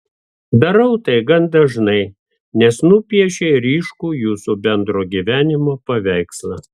darau tai gan dažnai nes nupiešei ryškų jūsų bendro gyvenimo paveikslą